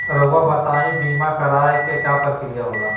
रहुआ बताइं बीमा कराए के क्या प्रक्रिया होला?